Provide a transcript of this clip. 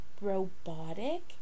robotic